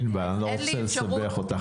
ענבל, אני לא רוצה לסבך אותך.